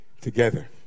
together